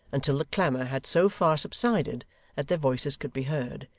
until the clamour had so far subsided that their voices could be heard,